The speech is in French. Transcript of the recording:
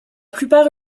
plupart